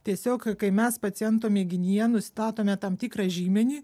tiesiog kai mes paciento mėginyje nustatome tam tikrą žymenį